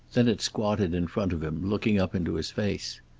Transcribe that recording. then it squatted in front of him, looking up into his face.